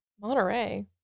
monterey